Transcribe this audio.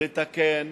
לתקן